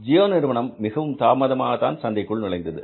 ஜியோ நிறுவனம் மிகவும் தாமதமாகத்தான் சந்தைக்குள் நுழைந்தது